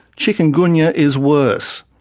chikungunya is worse.